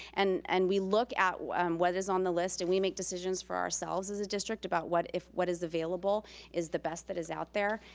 and and we look at what is on the list, and we make decisions for ourselves as a district about if what is available is the best that is out there.